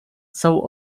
jsou